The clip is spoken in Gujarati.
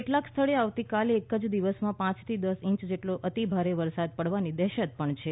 કેટલાક સ્થળે આવતીકાલે એક જ દિવસમાં પાંચથી દસ ઇંચ જેટલો અતિભારે વરસાદ પડવાની દહેશત પણ છે